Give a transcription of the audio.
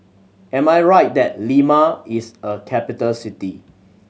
am I right that Lima is a capital city